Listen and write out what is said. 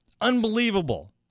Unbelievable